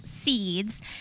seeds